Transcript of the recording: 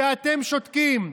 ואתם שותקים?